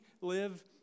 live